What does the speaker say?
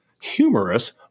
humorous